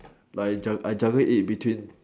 like I I juggle it between